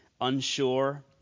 unsure